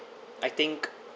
I think